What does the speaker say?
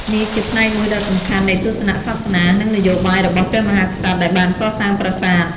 នេះជាផ្នែកមួយដ៏សំខាន់នៃទស្សនៈសាសនា និងនយោបាយរបស់ព្រះមហាក្សត្រដែលបានកសាងប្រាសាទ។